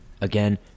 Again